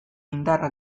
indarra